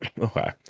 Okay